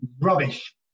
rubbish